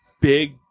big